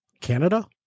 Canada